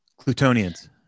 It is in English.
clutonians